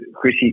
Chrissy